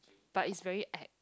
but it's very act